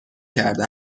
کرده